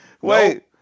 Wait